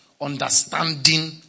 understanding